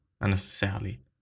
unnecessarily